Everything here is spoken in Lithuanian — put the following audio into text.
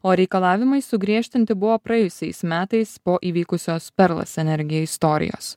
o reikalavimai sugriežtinti buvo praėjusiais metais po įvykusios perlas energija istorijos